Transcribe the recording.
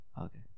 Okay